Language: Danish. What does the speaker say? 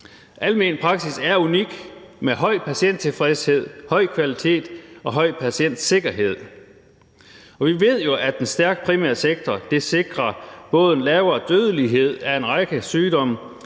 Almen praksis er noget unikt med høj patienttilfredshed, høj kvalitet og høj patientsikkerhed. Vi ved jo, at en stærk primær sektor sikrer både en lavere dødelighed af en række sygdomme,